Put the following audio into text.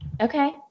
okay